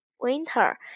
winter